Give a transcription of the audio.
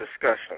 discussion